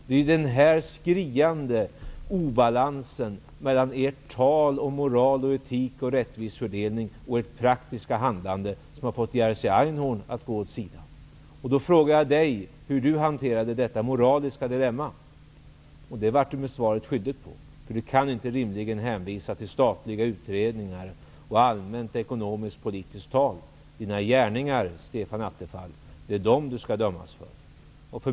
Det är ju den här skriande obalansen mellan ert tal om moral, etik och rättvis fördelning och ert praktiska handlande som har fått Jerzy Einhorn att gå åt sidan. Jag frågade Stefan Attefall hur han hanterade detta moraliska dilemma. Det blev han mig svaret skyldig på. Han kan rimligen inte hänvisa till statliga utredningar och allmänt ekonomiskt, politiskt tal. Det är gärningarna som Stefan Attefall skall dömas för.